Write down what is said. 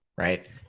right